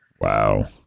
Wow